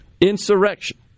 insurrection